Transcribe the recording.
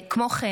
כמו כן,